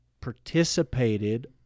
participated